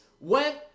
went